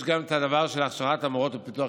ישנו גם הדבר של הכשרה של המורות ופיתוח